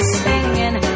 singing